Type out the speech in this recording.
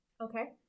Okay